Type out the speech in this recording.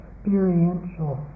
experiential